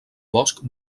bosc